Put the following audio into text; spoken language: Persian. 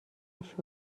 نشد